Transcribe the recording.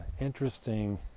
interesting